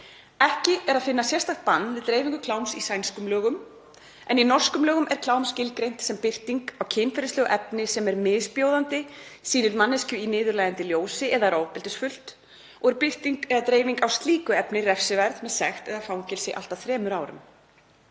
Ekki er að finna sérstakt bann við dreifingu kláms í sænskum lögum en í norskum lögum er klám skilgreint sem birting á kynferðislegu efni sem er misbjóðandi, sýnir manneskju í niðurlægjandi ljósi eða er ofbeldisfullt og er birting eða dreifing á slíku efni refsiverð með sekt eða fangelsi allt að þremur árum.